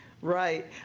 Right